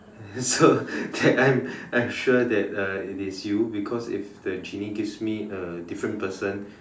so okay I am I am sure that it's you because if the genie gives me a different person